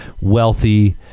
wealthy